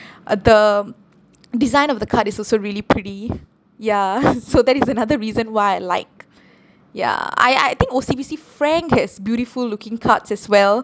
uh the design of the card is also really pretty ya so that is another reason why I like ya I I think O_C_B_C f~ frank has beautiful looking cards as well